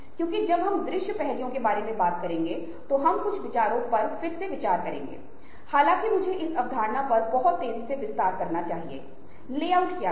उदाहरण के लिए यदि आप ट्वीट देख रहे हैं तो विज्ञापनदाताओं के साथ इन दिनों ट्वीट बहुत लोकप्रिय हो गए हैं